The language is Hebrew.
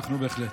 אנחנו בהחלט,